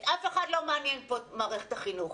את אף אחד לא מעניינת פה מערכת החינוך,